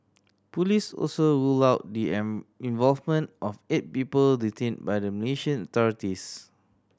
police also ruled out the involvement of eight people detained by the Malaysian authorities